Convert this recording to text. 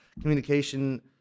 Communication